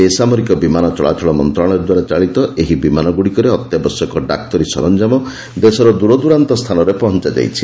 ବେସାମରିକ ବିମାନ ଚଳାଚଳ ମନ୍ତ୍ରଣାଳୟଦ୍ୱାରା ଚଳିତ ଏହି ବିମାନଗୁଡ଼ିକରେ ଅତ୍ୟାବଶ୍ୟକ ଡାକ୍ତରୀ ସରଞ୍ଜାମ ଦେଶର ଦୂରଦୂରାନ୍ତ ସ୍ଥାନରେ ପହଞ୍ଚାଯାଇଛି